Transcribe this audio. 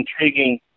intriguing